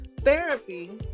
therapy